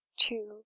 two